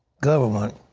government